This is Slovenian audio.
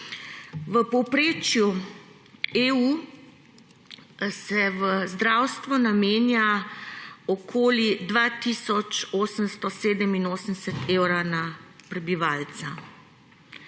V povprečju EU se v zdravstvo namenja okoli 2 tisoč 887 evrov na prebivalca.